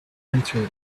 enter